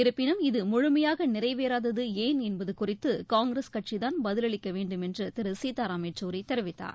இருப்பினும் இது முழுமையாக நிறைவேறாதது ஏன் என்பது குறித்து காங்கிரஸ் கட்சிதான் பதிலளிக்க வேண்டும் என்று திரு சீதாராம் யெச்சூரி தெரிவித்தார்